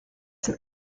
zum